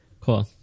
Cool